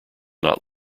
not